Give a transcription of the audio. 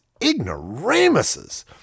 ignoramuses